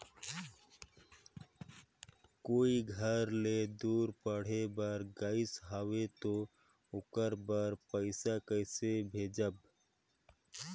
कोई घर ले दूर पढ़े बर गाईस हवे तो ओकर बर पइसा कइसे भेजब?